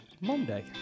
Monday